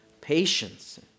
patience